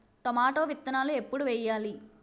Tomato విత్తనాలు ఎప్పుడు వెయ్యాలి?